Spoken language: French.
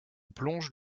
plonge